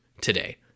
today